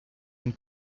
une